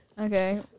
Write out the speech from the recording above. okay